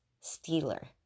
stealer